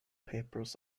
papers